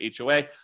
HOA